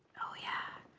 oh, yeah.